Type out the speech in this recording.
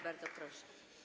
Bardzo proszę.